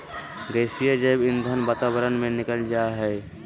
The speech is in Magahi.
गैसीय जैव ईंधन वातावरण में निकल जा हइ